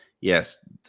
yes